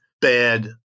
bad